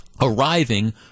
arriving